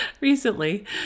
recently